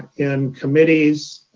in committees